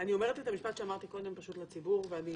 אני אומרת את המשפט שאמרתי קודם לציבור, ואני